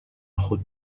خود